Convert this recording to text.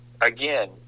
again